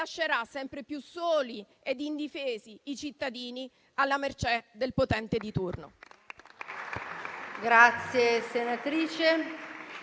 lascerà sempre più soli e indifesi i cittadini alla mercé del potente di turno.